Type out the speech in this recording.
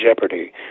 jeopardy